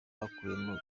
bakuyemo